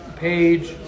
page